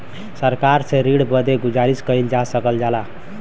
सरकार से ऋण बदे गुजारिस कइल जा सकल जाला